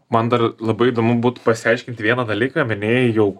man dar labai įdomu būtų pasiaiškinti vieną dalyką minėjai jau